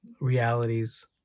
realities